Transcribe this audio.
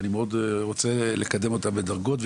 ואני מאוד רוצה לקדם אותם בדרגות,